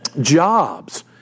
jobs